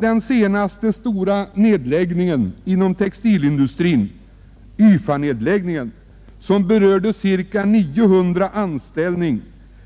Den senaste stora nedläggningen inom textilindustrin — YFA-nedläggningen, som berörde ungefär 900